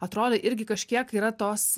atrodo irgi kažkiek yra tos